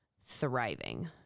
thriving